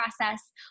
process